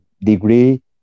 degree